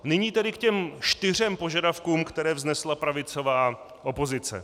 Nyní tedy k těm čtyřem požadavkům, které vznesla pravicová opozice.